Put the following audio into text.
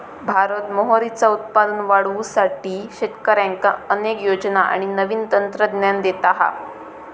भारत मोहरीचा उत्पादन वाढवुसाठी शेतकऱ्यांका अनेक योजना आणि नवीन तंत्रज्ञान देता हा